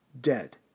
dead